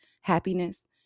happiness